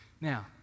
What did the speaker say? Now